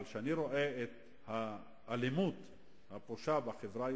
אבל כשאני רואה את האלימות הפושה בחברה הישראלית,